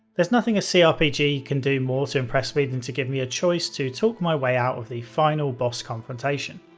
there's nothing a crpg can do more to impress me than to give me a choice to talk my way out of the final boss confrontation.